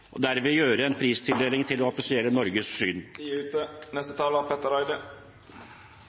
og derved gjøre en pristildeling til det offisielle Norges syn.